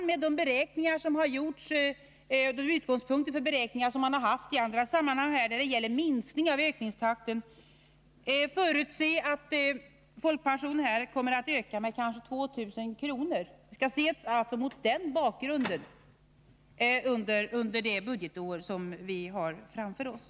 Med de utgångspunkter för beräkningarna som man haft i andra sammanhang kommer trots minskning av ökningstakten folkpensionen att öka med ca 2 000 kr. under det budgetår Nr 46 som vi har framför oss.